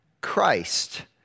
Christ